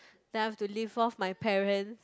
then I have to live off my parent